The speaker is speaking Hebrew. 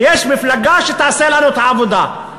יש מפלגה שתעשה לנו את העבודה.